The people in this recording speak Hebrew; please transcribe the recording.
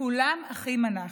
כולם אחים אנחנו,